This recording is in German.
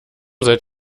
seid